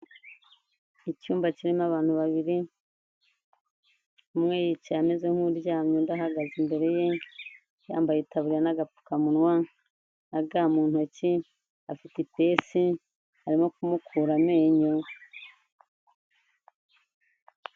Icyumba kirimo abantu babiri, umwe yicaye ameze nk'uryamye, undi ahagaze imbere ye, yambaye itaburiya n'agapfukamunwa na ga mu ntoki, afite ipesi, arimo kumukura amenyo.